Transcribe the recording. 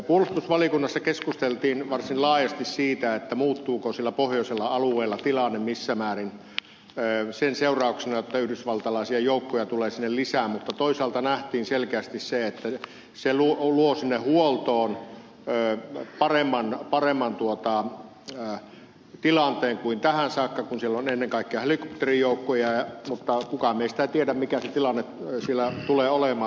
puolustusvaliokunnassa keskusteltiin varsin laajasti siitä muuttuuko siellä pohjoisella alueella tilanne missä määrin sen seurauksena että yhdysvaltalaisia joukkoja tulee sinne lisää mutta toisaalta nähtiin selkeästi se että se luo sinne huoltoon paremman tilanteen kuin tähän saakka kun siellä on ennen kaikkea helikopterijoukkoja mutta kukaan meistä ei tiedä mikä se tilanne siellä tulee olemaan